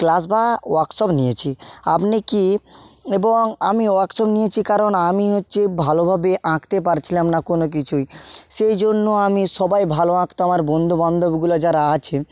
class বা workshop নিয়েছি আপনি কি এবং আমি ওয়ার্কশপ নিয়েছি কারণ আমি হচ্ছি ভালোভাবে আঁকতে পারছিলাম না কোনোকিছুই সেই জন্য আমি সবাই ভালো আঁকতো আমার বন্ধুবান্ধবগুলো যারা আছে